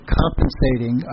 compensating